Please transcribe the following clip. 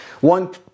One